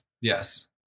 Yes